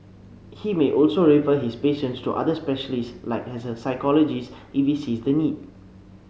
he may also refer his patients to other specialists like a psychologist if he sees the need